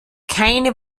keine